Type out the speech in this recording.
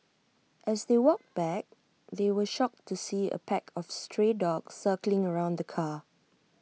as they walked back they were shocked to see A pack of stray dogs circling around the car